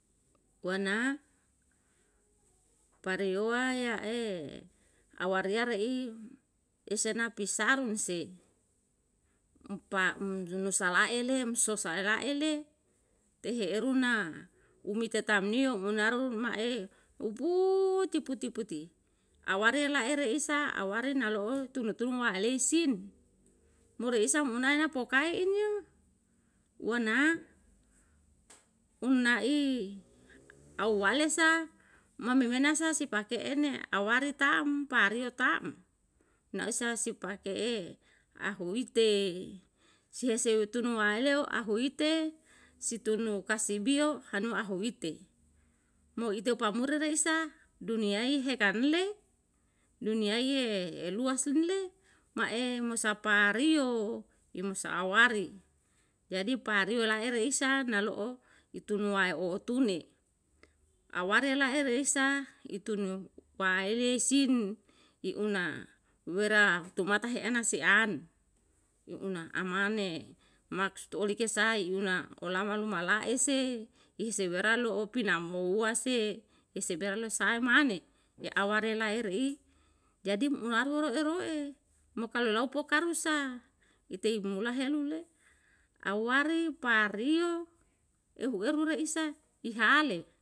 Wana pariyowa ya'e awariya re'i esena pisarunse umpa umjunusalae le um sosa lae le tehe eru na umite tam ni yo unaru ma'e uputi puti puti, aware la'e isa aware nalo'o tulu tulun la aleisin mo reisa monae na pokae iniyo, wana um na'i awalesa ma memena sa si pake ene aware tam, pariyo tam, naisa si pake e ahuite sei si hutun waeleo ahuite si tunu kasibi yo han ahuite, mo ite pamuri reisa duniyai hekan li le, duniyai ye eluas ini le, ma'e mo sapariyo umusa awari jadi pario la'ere isa nalo'o ituwae ootune, aware la'e reisa itunu waele sin i una wera tumata he ana se an, i una amane maksud oli ke sai, una olama luma la'e se iseheberalo'o pinamouwa se eseberal sae mane, e aware lae re'i jadi umnaru roe roe, mo kalu lau poka rusa, itei mula helu le, awari pario, ehu eru reisa ihale